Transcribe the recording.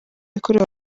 yakorewe